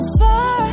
far